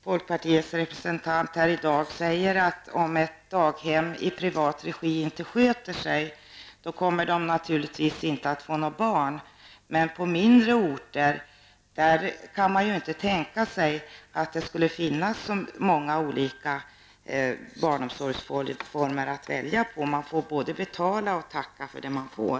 Folkpartiets representant här i dag sade att om ett daghem i privat regi inte sköter sig kommer det naturligtvis inte att få några barn. Men på mindre orter kan man inte tänka sig att det skulle finnas så många olika barnomsorgsformer att välja emellan. Där får man både betala och tacka för det man får.